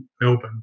Melbourne